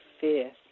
fierce